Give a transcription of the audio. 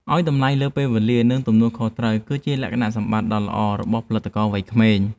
ឱ្យតម្លៃលើពេលវេលា និង ទទួលខុសត្រូវគឺជាលក្ខណៈសម្បត្តិដ៏ល្អរបស់ផលិតករវ័យក្មេង។